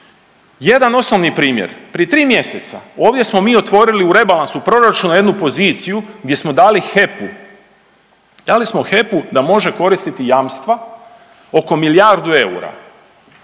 Jedan osnovni primjer, prije 3 mjeseca ovdje smo mi otvorili u rebalansu proračuna jednu poziciju gdje smo dali HEP-u, dali smo HEP-u da može koristiti jamstva oko milijardu eura